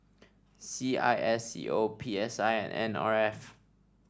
C I S C O P S I and N R F